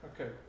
Okay